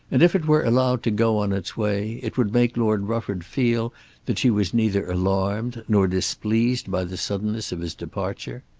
and if it were allowed to go on its way it would make lord rufford feel that she was neither alarmed nor displeased by the suddenness of his departure.